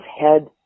head